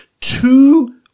two